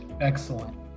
excellent